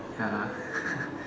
ya lah